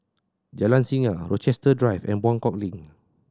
Jalan Singa Rochester Drive and Buangkok Link